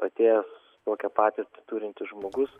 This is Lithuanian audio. atėjęs tokią patirtį turintis žmogus